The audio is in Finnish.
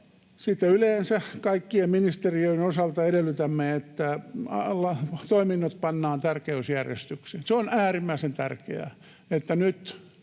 yleensä kaikkien ministeriöiden osalta edellytämme, että toiminnot pannaan tärkeysjärjestykseen. On äärimmäisen tärkeää,